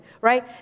right